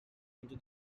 into